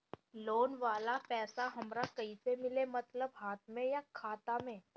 Loan वाला पैसा हमरा कइसे मिली मतलब हाथ में या खाता में?